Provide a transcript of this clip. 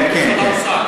כן, כן, כן.